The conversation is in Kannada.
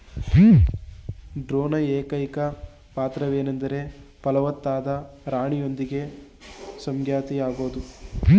ಡ್ರೋನ್ನ ಏಕೈಕ ಪಾತ್ರವೆಂದರೆ ಫಲವತ್ತಾಗದ ರಾಣಿಯೊಂದಿಗೆ ಸಂಗಾತಿಯಾಗೋದು